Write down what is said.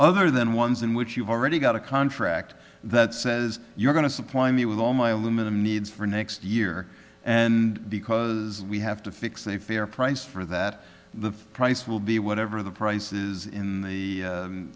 other than ones in which you've already got a contract that says you're going to supply me with all my aluminum needs for next year and because we have to fix a fair price for that the price will be whatever the prices in the